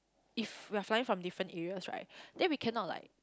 if we are flying from different areas right then we cannot like